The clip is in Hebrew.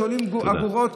שעולים אגורות,